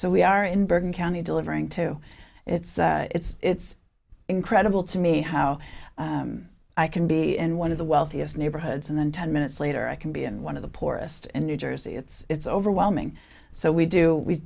so we are in bergen county delivering two it's it's it's incredible to me how i can be in one of the wealthiest neighborhoods and then ten minutes later i can be in one of the poorest in new jersey it's it's overwhelming so we do we